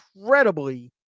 incredibly